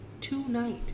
Tonight